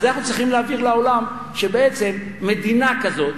אז אנחנו צריכים להגיד לעולם שבעצם מדינה כזאת,